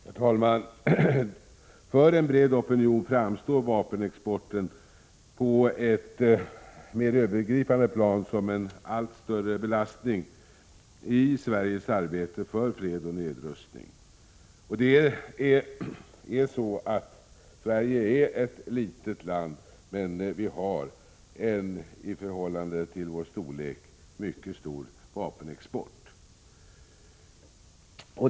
Herr talman! För en bred opinion framstår vapenexporten på ett mer övergripande plan som en allt större belastning i Sveriges arbete för fred och nedrustning. Sverige är ett litet land, men det har, i förhållande till sin storlek, en mycket stor vapenexport.